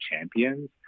champions